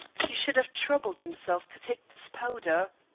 he should have troubled himself to take this powder.